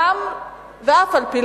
גם ואף-על-פי,